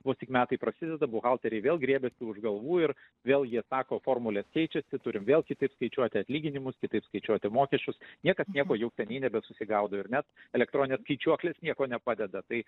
vos tik metai prasideda buhalteriai vėl griebiasi už galvų ir vėl jie sako formulės keičiasi turim vėl kitaip skaičiuoti atlyginimus kitaip skaičiuoti mokesčius niekas nieko jau seniai nebesusigaudo ir net elektroninės skaičiuoklės nieko nepadeda tai